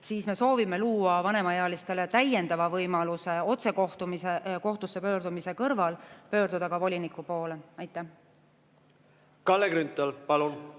Me soovime luua vanemaealistele täiendava võimaluse otse kohtusse pöördumise kõrval pöörduda ka voliniku poole. Kalle Grünthal, palun!